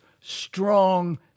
strong